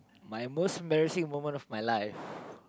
my most embarrassing moment of my life